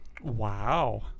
Wow